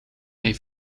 heeft